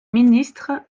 ministre